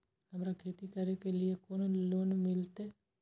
हमरा खेती करे के लिए लोन केना मिलते?